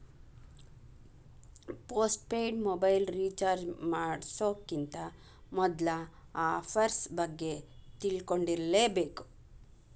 post paid mobile recharge ಮಾಡ್ಸೋಕ್ಕಿಂತ ಮೊದ್ಲಾ offers ಬಗ್ಗೆ ತಿಳ್ಕೊಂಡಿರ್ಬೇಕ್